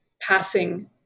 passing